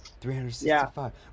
365